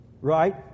right